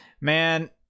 man